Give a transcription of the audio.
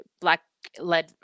black-led